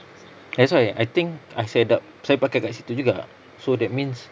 that's why I think I set up saya pakai kat situ juga so that means